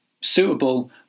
suitable